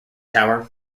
tower